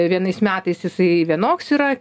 vienais metais jisai vienoks yra